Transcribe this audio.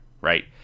right